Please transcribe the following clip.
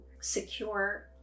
secure